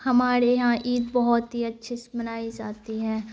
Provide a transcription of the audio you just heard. ہمارے یہاں عید بہت ہی اچھے سے منائی جاتی ہے